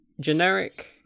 generic